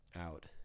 out